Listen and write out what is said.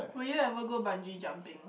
will you ever go bungee jumping